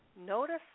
Notice